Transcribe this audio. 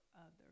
others